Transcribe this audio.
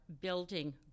building